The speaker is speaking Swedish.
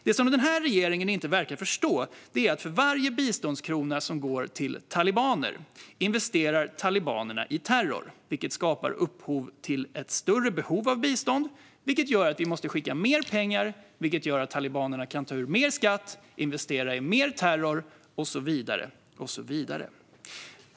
Det som regeringen inte verkar förstå är att varje biståndskrona som går till talibaner investeras i terror, vilket skapar ett större behov av bistånd, vilket gör att vi måste skicka mer pengar, vilket gör att talibanerna kan ta ut mer skatt, investera i mer terror och så vidare.